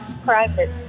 private